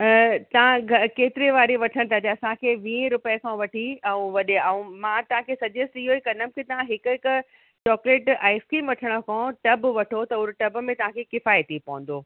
तव्हां घणे केतिरे वारी वठणु था चाहियो असांखे वीहें रुपए खां वठी ऐं वॾे ऐं मां तव्हांखे सजेस्ट इयो ई कंदमि कि तव्हां हिकु हिकु चॉकलेट आइसक्रीम वठण खां टब वठो त हुन टब में तव्हांखे किफ़ायती पवंदो